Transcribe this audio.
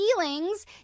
feelings